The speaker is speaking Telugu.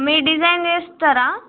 మీరు డిజైన్ చేస్తారా